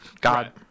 God